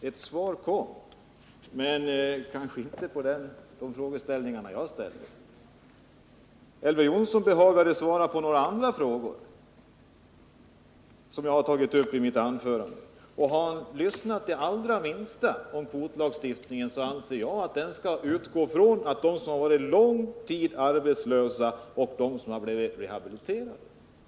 Herr talman! Ett svar kom från Elver Jonsson, men inte på de frågor som jag ställt. Elver Jonsson behagade i stället svara på några andra frågor, som jag också hade tagit upp i mitt anförande. Hade han lyssnat det allra minsta till vad som sades om kvotlagstiftningen, hade han vetat att jag anser att den skall utgå från dem som under lång tid varit arbetslösa och dem som har blivit rehabiliterade.